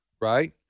Right